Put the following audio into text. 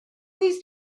these